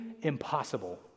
impossible